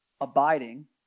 abiding